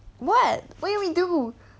what what you want me do